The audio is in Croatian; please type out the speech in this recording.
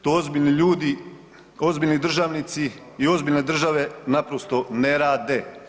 To ozbiljni ljudi, ozbiljni državnici i ozbiljne države naprosto ne rade.